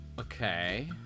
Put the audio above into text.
Okay